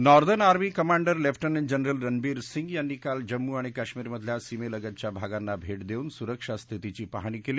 northern army commander lieutenant general Ranbir Singh यांनी काल जम्मू आणि कश्मीरमधल्या सीमेलगतच्या भागांना भेट देऊन सुरक्षा स्थितीची पाहणी केली